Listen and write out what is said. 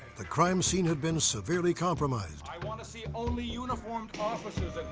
the crime scene had been severely compromised. i want to see only uniformed officers